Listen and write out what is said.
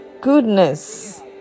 goodness